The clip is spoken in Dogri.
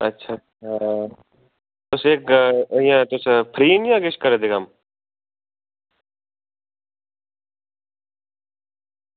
अच्छा खरा तुसें ई इंया इक्क फ्री न जां करा दे कम्म